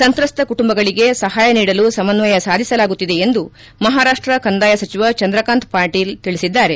ಸಂತ್ರಸ್ತ ಕುಟುಂಬಗಳಿಗೆ ಸಹಾಯ ನೀಡಲು ಸಮನ್ವಯ ಸಾಧಿಸಲಾಗುತ್ತಿದೆ ಎಂದು ಮಹಾರಾಷ್ಲ ಕಂದಾಯ ಸಚಿವ ಚಂದ್ರಕಾಂತ್ ಪಾಟೀಲ್ ತಿಳಿಸಿದ್ದಾರೆ